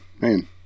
man